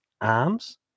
arms